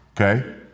Okay